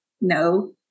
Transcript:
No